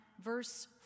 verse